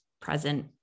present